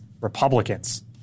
republicans